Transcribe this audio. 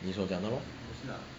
你所讲的 lor